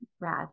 rad